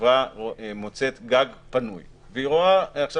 שכשחברה מוצאת גג פנוי והיא רואה עכשיו